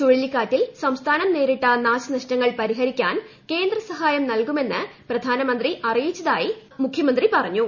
ചുഴലിക്കാറ്റിൽ സംസ്ഥാനത്തിന് നേരിട്ട നാശനഷ്ടങ്ങൾ പരിഹരിക്കാൻ കേന്ദ്ര സഹായം നൽകുമെന്ന് പ്രധാനമന്ത്രി അറിയിച്ചതായും മുഖ്യമന്ത്രി പറഞ്ഞു